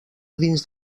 dins